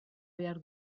behar